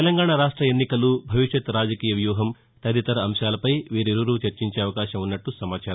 తెలంగాణా రాష్ట్ర ఎన్నికలు భవిష్యత్ రాజకీయ వ్యూహం తదితర అంశాలపై వీరిరువురు చర్చించే అవకాశం ఉన్నట్లు సమాచారం